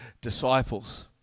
disciples